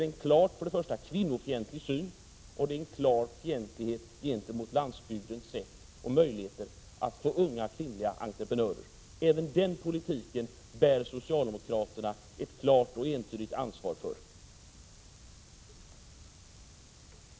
Det är en klart kvinnofientlig syn och det är klar fientlighet gentemot landsbygdens möjligheter att få unga kvinnliga entreprenörer. Även den politiken bär socialdemokraterna ett klart och entydigt ansvar för.